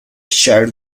share